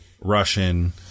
Russian